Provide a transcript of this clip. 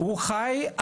הוא חיי,